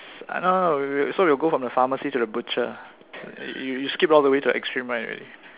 no no no w~ so we will go from the pharmacy to the butcher you you skipped all the way to the extreme right already